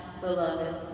beloved